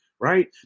right